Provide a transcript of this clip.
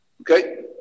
Okay